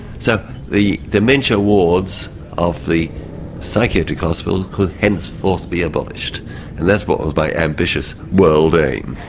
so the dementia wards of the psychiatric hospitals could henceforth be abolished and that's what was my ambitious world aim.